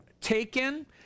taken